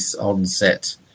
onset